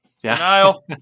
Denial